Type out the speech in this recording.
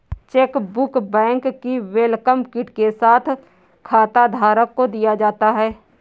chequebook bank की welcome kit के साथ खाताधारक को दिया जाता है